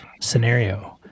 scenario